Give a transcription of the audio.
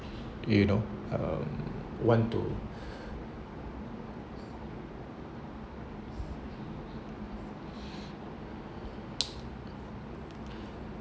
you know um want to